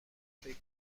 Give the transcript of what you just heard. فکر